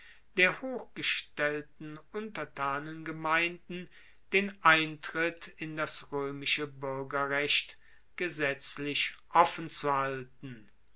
der hoechstgestellten untertanengemeinden den eintritt in das roemische buergerrecht gesetzlich offenzuhalten